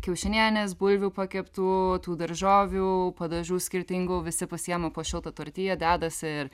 kiaušinienės bulvių pakeptų tų daržovių padažų skirtingų visi pasiema po šiltą tortiją dedasi ir